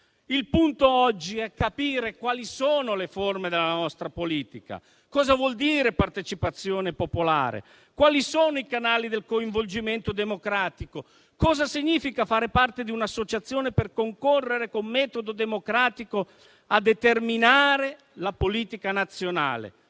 Il punto oggi è capire quali sono le forme della nostra politica, cosa vuol dire partecipazione popolare, quali sono i canali del coinvolgimento democratico, cosa significa far parte di un'associazione per concorrere con metodo democratico a determinare la politica nazionale.